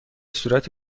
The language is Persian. صورت